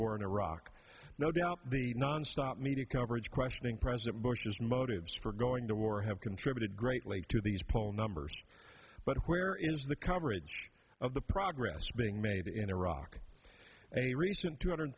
war in iraq no doubt be nonstop media coverage questioning president bush's motives for going to war have contributed greatly to these poll numbers but where is the coverage of the progress being made in iraq a recent two hundred